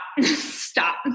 stop